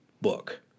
book